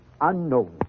unknown